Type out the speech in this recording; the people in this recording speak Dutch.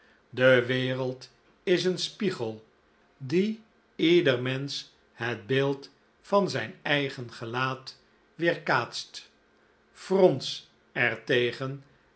de wereld is een spiegel die ieder mensch het beeld van zijn eigen gelaat weerkaatst frons